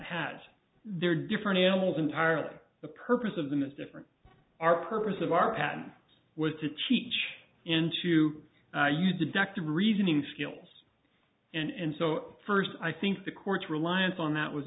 has there are different animals entirely the purpose of them is different our purpose of our pattern was to teach in to use deductive reasoning skills and so first i think the court's reliance on that was